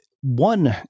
one